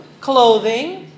clothing